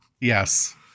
Yes